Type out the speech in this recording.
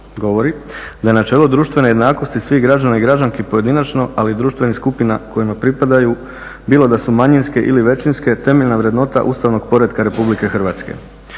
govori da načelo društvene jednakosti svih građana i građanki pojedinačno ali i društvenih skupina kojima pripadaju bilo da su manjinske ili većinske temeljna vrednota ustavnog poretka RH.